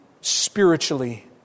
spiritually